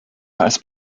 als